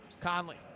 Conley